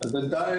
אז בינתיים,